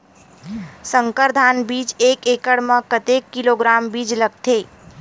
संकर धान बीज एक एकड़ म कतेक किलोग्राम बीज लगथे?